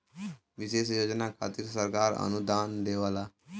विशेष योजना खातिर सरकार अनुदान देवला